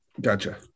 Gotcha